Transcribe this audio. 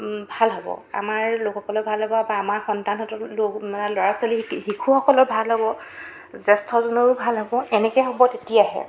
ভাল হ'ব আমাৰ লোকসকলৰ ভাল হ'ব বা আমাৰ সন্তানহঁতৰ ল'ৰা ছোৱালী শিশুসকালৰ ভাল হ'ব জ্যেষ্ঠজনৰো ভাল হ'ব এনেকৈ হ'ব তেতিয়াহে